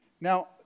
Now